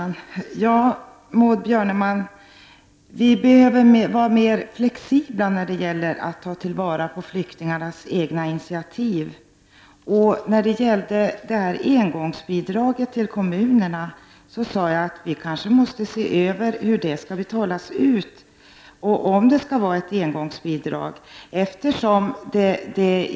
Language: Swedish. Herr talman! Ja, Maud Björnemalm, vi behöver vara mer flexibla när det gäller att ta vara på flyktingarnas egna initiativ. Beträffande engångsbidraget till kommunerna sade jag att vi kanske måste se över hur detta skall betalas ut och om det skall vara ett engångsbidrag.